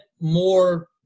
more